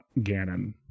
Ganon